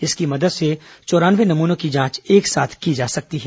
इसकी मदद से चौरानवे नमूनों की जांच एक साथ की जा सकती हैं